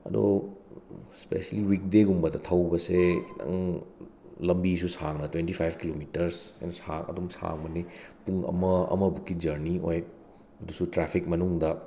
ꯑꯗꯣ ꯁꯄꯦꯁꯦꯜꯂꯤ ꯋꯤꯛꯗꯦꯒꯨꯝꯕꯗ ꯊꯧꯕꯁꯦ ꯈꯤꯇꯪ ꯂꯝꯕꯤꯁꯨ ꯁꯥꯡꯅ ꯇ꯭ꯋꯦꯟꯇꯤ ꯐꯥꯏꯞ ꯀꯤꯂꯣꯃꯤꯇꯔ꯭ꯁ ꯍꯦꯟꯅ ꯑꯗꯨꯝ ꯁꯥꯡꯕꯅꯤ ꯄꯨꯡ ꯑꯃ ꯑꯃꯕꯨꯛꯀꯤ ꯖꯔꯅꯤ ꯑꯣꯏ ꯑꯗꯨꯁꯨ ꯇ꯭ꯔꯥꯐꯤꯛ ꯃꯥꯅꯨꯡꯗ